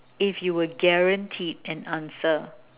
if you were guaranteed an answer